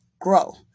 grow